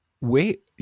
wait